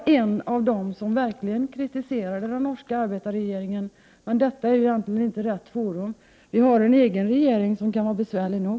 Jag var en av dem som verkligen kritiserade den norska arbetarregeringens beslut. Men detta är egentligen inte rätt forum; vi har ju en egen regering, som kan vara besvärlig nog!